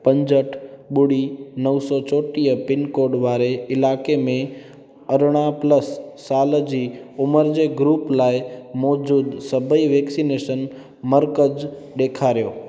पंजहठि ॿुड़ी नौ सौ चोटीह पिनकोड वारे इलाइक़े में अरिड़हं प्लस साल जी उमिरि जे ग्रूप लाइ मौज़ूदु सभई वैक्सनेशन मर्कज़ ॾेखारियो